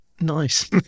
nice